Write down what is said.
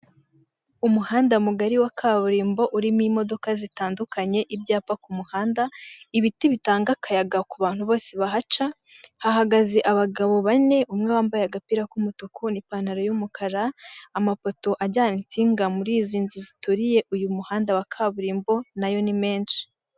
Umuhanda mugari wa kaburimbo urimo imodoka zitandukanye, ibyapa ku muhanda, ibiti bitanga akayaga ku bantu bose bahaca, hahagaze abagabo bane umwe wambaye agapira k'umutuku ni ipantaro y'umukara, amafoto ajyana insinga muri izi nzu zituriye uyu muhanda wa kaburimbo na yo ni menshi.